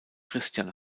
christian